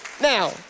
now